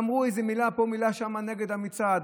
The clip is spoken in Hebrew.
אמרו איזו מילה פה מילה שם נגד המצעד.